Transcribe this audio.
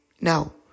no